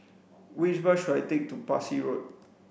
which bus should I take to Parsi Road